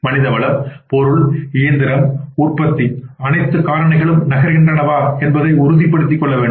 மனித வளம் பொருள் இயந்திரம் உற்பத்தி அனைத்து காரணிகளும் நகர்கின்றனவா என்பதை உறுதிப்படுத்திக் கொள்ள வேண்டும்